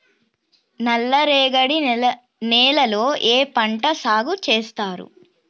నల్లరేగడి నేలల్లో ఏ పంట సాగు చేస్తారు?